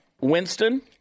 Winston